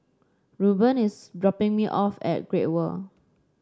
Rueben is dropping me off at Great World